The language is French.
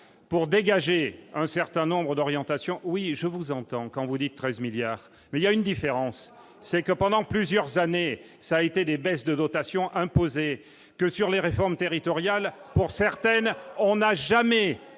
pour dégager un certain nombre d'orientation oui je vous entends quand vous dites 13 milliards mais il y a une différence, c'est que pendant plusieurs années, ça été des baisses de dotations imposée que sur les réformes territoriales pour certaines, on n'a jamais